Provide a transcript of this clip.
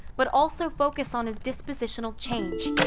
but also focused on his dispositional change.